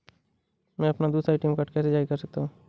मैं अपना दूसरा ए.टी.एम कार्ड कैसे जारी कर सकता हूँ?